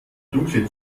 dunkle